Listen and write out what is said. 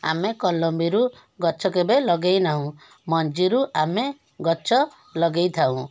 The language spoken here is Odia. ଆମେ କଲମିରୁ ଗଛ କେବେ ଲଗାଇ ନାହୁଁ ମଞ୍ଜିରୁ ଆମେ ଗଛ ଲଗାଇ ଥାଉଁ